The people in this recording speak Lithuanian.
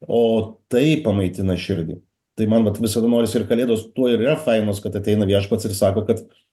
o tai pamaitina širdį tai man vat visada norisi ir kalėdos tuo ir yra fainos kad ateina viešpats ir sako kad